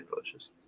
delicious